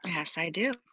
um yes i do.